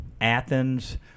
Athens